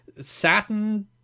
satin